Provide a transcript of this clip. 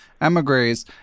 emigres